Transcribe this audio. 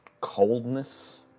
coldness